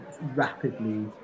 rapidly